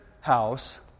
house